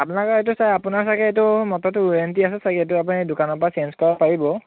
আপোনালোকৰ এইটো ছাৰ আপোনাৰ চাগে এইটো মটৰটো ওৱাৰেণ্টি আছে চাগে এইটো আপুনি দোকানৰ পৰা চেইঞ্জ কৰাব পাৰিব